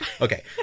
okay